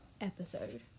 episode